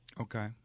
Okay